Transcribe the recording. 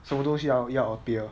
什么东西要要 appear